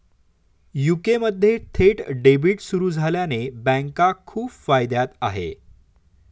UK मध्ये थेट debit सुरू झाल्याने बँका खूप फायद्यात आहे